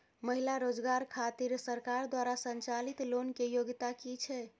महिला रोजगार खातिर सरकार द्वारा संचालित लोन के योग्यता कि छै?